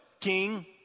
King